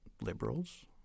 liberals